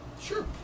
Sure